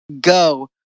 go